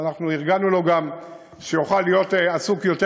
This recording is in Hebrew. ארגנו לו שיוכל להיות עסוק יותר,